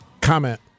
comment